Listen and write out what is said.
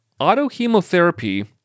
autohemotherapy